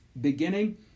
beginning